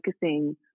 focusing